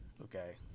okay